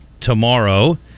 tomorrow